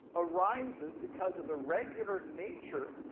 arises because of the regular nature